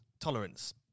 tolerance